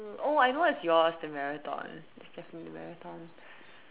oh I know what's yours the marathon it's definitely the marathon